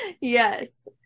yes